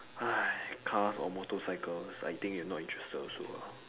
!hais! cars or motorcycles I think you not interested also ah